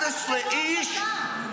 11 איש?